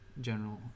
general